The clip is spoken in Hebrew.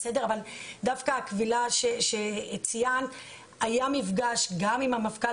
אבל דווקא בנושא הקבילה שציינת היה מפגש עם המפכ"ל